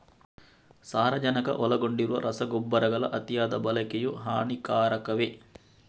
ಸಾರಜನಕ ಒಳಗೊಂಡಿರುವ ರಸಗೊಬ್ಬರಗಳ ಅತಿಯಾದ ಬಳಕೆಯು ಹಾನಿಕಾರಕವೇ?